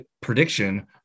prediction